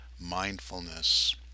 mindfulness